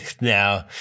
now